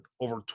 over